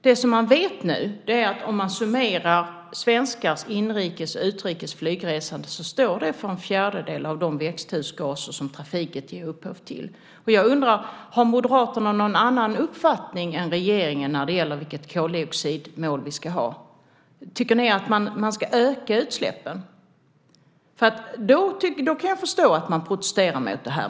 Det man nu vet är att om man summerar svenskars inrikes och utrikes flygresande står det för en fjärdedel av de växthusgaser som trafiken ger upphov till. Har Moderaterna någon annan uppfattning än regeringen när det gäller vilket koldioxidmål vi ska ha? Tycker ni att man ska öka utsläppen? I så fall kan jag förstå att ni protesterar mot detta.